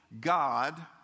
God